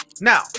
Now